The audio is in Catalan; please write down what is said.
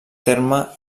terme